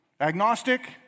agnostic